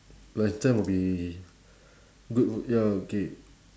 lunch time will be good f~ ya okay